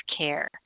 care